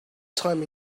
time